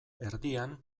erdian